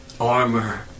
armor